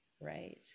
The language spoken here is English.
Right